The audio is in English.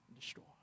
destroy